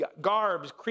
garbs